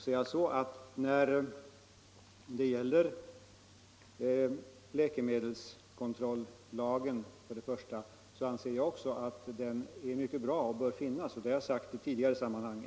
Jag anser också att läkemedelslagen är mycket bra och bör finnas; jag har sagt det även i tidigare sammanhang.